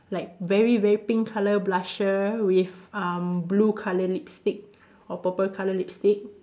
like very very pink colour blusher with um blue colour lipstick or purple colour lipstick